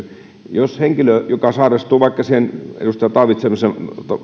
jos henkilö sairastuu vaikka siihen edustaja taavitsaisen